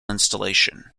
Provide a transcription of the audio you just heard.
installation